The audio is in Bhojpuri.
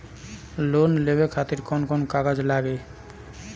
लोन लेवे खातिर कौन कौन कागज लागी?